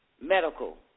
medical